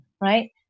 right